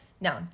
no